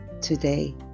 today